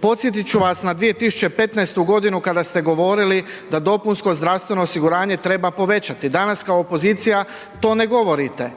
Podsjetit ću vas na 2015. godinu kada ste govorili da dopunsko zdravstveno osiguranje treba povećati, danas kao opozicija to ne govorite.